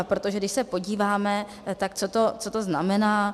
Protože když se podíváme, tak co to znamená.